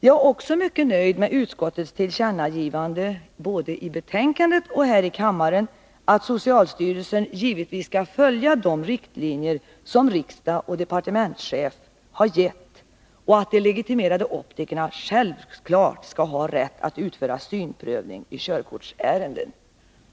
Jag är också mycket nöjd med utskottets tillkännagivande, både i betänkandet och här i kammaren, att socialstyrelsen givetvis skall följa de riktlinjer som riksdag och departementschef har gett och att de legitimerade optikerna självklart skall ha rätt att utföra synprövning i körkortsärenden.